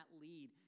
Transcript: lead